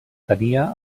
tenia